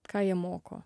ką jie moko